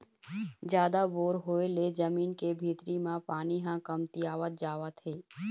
जादा बोर होय ले जमीन के भीतरी म पानी ह कमतियावत जावत हे